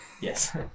Yes